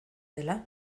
dela